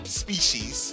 species